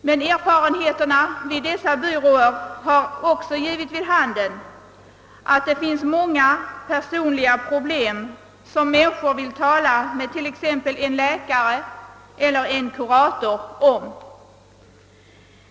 Men erfarenheterna vid dessa byråer har också givit vid handen att det finns många personliga problem som människor vill tala om med t.ex. en läkare eller en kurator.